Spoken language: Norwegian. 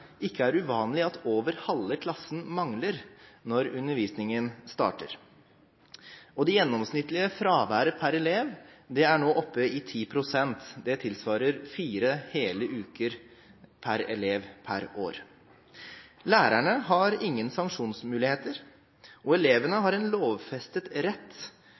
ikke er uvanlig at over halve klassen mangler når undervisningen starter. Det gjennomsnittlige fraværet per elev er nå oppe i 10 pst. Det tilsvarer fire hele uker per elev per år. Lærerne har ingen sanksjonsmuligheter, og elevene har en lovfestet rett